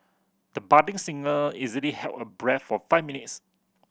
the budding singer easily held her breath for five minutes